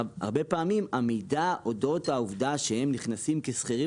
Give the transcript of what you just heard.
הרבה פעמים המידע אודות העובדה שהם נכנסים כשכירים